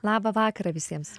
labą vakarą visiems